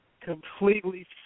completely